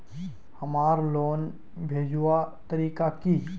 हमार लोन भेजुआ तारीख की?